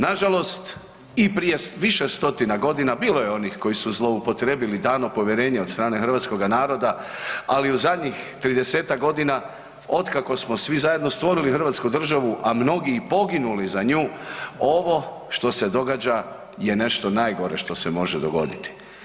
Nažalost, i prije više stotina godina, bilo je onih koji su zloupotrebili dano povjerenje od strane hrvatskoga naroda, ali u zadnjih 30-tak godina otkako smo svi zajedno stvorili hrvatsku državu, a mnogi i poginuli za nju, ovo što se događa je nešto najgore što se može dogoditi.